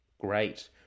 great